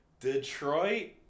Detroit